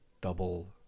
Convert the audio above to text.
double